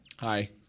Hi